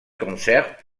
concert